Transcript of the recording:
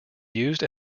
used